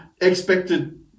expected